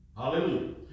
Hallelujah